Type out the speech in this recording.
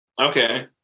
Okay